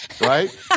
right